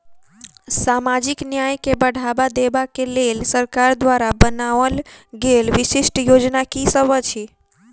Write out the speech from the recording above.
सामाजिक न्याय केँ बढ़ाबा देबा केँ लेल सरकार द्वारा बनावल गेल विशिष्ट योजना की सब अछि?